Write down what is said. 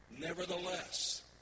Nevertheless